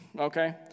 Okay